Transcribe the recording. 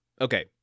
Okay